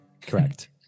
Correct